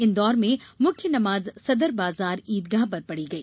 इन्दौर में मुख्य नमाज सदर बाजार ईदगाह पर पढ़ी गई